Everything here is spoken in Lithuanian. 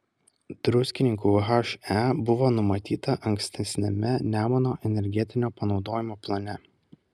druskininkų he buvo numatyta ankstesniame nemuno energetinio panaudojimo plane